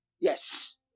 Yes